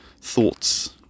thoughts